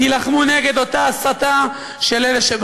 תילחמו נגד אותה הסתה של אלה,